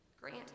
Grant